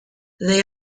they